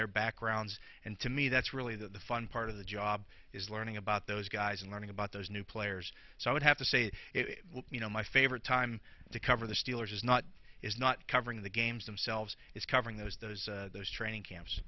their backgrounds and to me that's really the fun part of the job is learning about those guys and learning about those new players so i would have to say you know my favorite time to cover the steelers is not is not covering the games themselves is covering those those those training camps